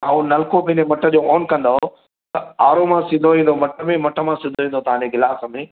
अउं नलको पंहिंजे मट जो ऑन कंदव त आड़ो मां सिधो ईंदो मट में ऐं मट मां सिधो ईंदो तांजे गिलास में